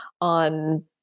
on